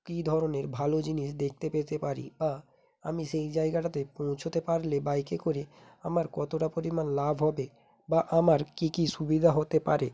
কি ধরনের ভালো জিনিস দেখতে পেতে পারি বা আমি সেই জায়গাটাতে পৌছতে পারলে বাইকে করে আমার কতটা পরিমাণ লাভ হবে বা আমার কি কি সুবিধা হতে পারে